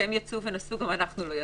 כשהם יצאו ונסעו גם אנחנו לא ידענו.